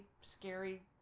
scary